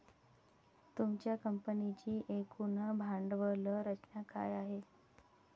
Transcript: तुमच्या कंपनीची एकूण भांडवल रचना काय आहे?